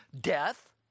death